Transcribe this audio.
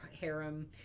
harem